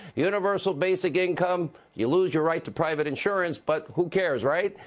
universal basic income, you lose your right to private insurance but who cares, right?